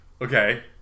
okay